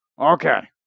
Okay